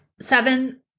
seven